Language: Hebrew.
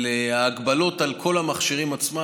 של הגבלות על כל המכשירים עצמם.